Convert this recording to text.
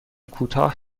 کوتاه